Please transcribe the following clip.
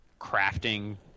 crafting